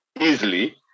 easily